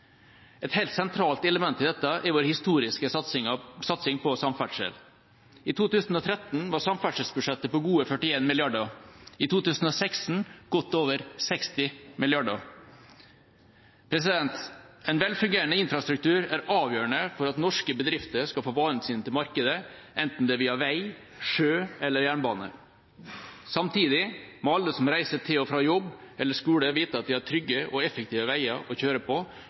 Et helt sentralt element i dette er vår historiske satsing på samferdsel. I 2013 var samferdselsbudsjettet på gode 41 mrd. kr, i 2016 godt over 60 mrd. kr. En velfungerende infrastruktur er avgjørende for at norske bedrifter skal få varene sine til markedet, enten det er via vei, sjø eller jernbane. Samtidig må alle som reiser til og fra jobb eller skole, vite at de har trygge og effektive veier å kjøre på,